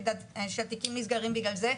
שהתיקים נסגרים בגלל זה.